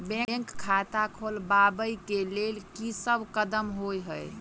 Bank खाता खोलबाबै केँ लेल की सब कदम होइ हय?